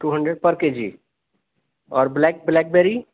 to hundred per K G اور black black بیری